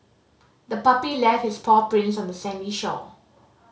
the puppy left its paw prints on the sandy shore